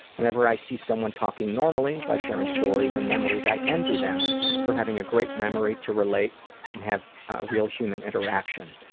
whenever i see someone talking normally by sharing stories or memories, i envy them for having a great memory to relate and have ah real human interaction.